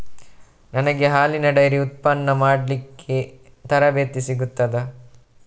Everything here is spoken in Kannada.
ನನಗೆ ಹಾಲಿನ ಡೈರಿ ಉತ್ಪನ್ನ ಮಾಡಲಿಕ್ಕೆ ತರಬೇತಿ ಸಿಗುತ್ತದಾ?